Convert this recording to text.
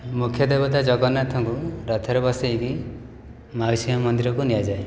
ମୁଖ୍ୟ ଦେବତା ଜଗନ୍ନାଥଙ୍କୁ ରଥରେ ବସାଇକି ମାଉସୀ ମା ମନ୍ଦିରକୁ ନିଆଯାଏ